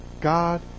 God